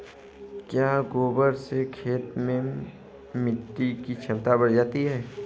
क्या गोबर से खेत में मिटी की क्षमता बढ़ जाती है?